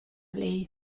lei